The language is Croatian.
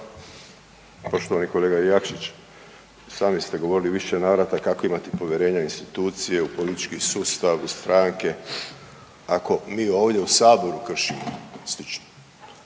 Poštovani kolega Jakšić i sami ste govorili u više navrata kako imate povjerenja u institucije, u politički sustav, u stranke, ako mi ovdje u saboru kršimo slično.